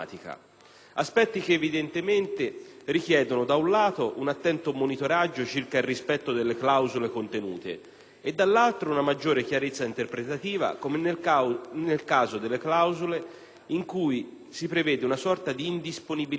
Aspetti che evidentemente richiedono, da un lato, un attento monitoraggio circa il rispetto delle clausole contenute e, dall'altro, una maggiore chiarezza interpretativa, come nel caso delle clausole in cui siprevede una sorta di indisponibilità